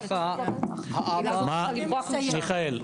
מיכאל,